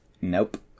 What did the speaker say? Nope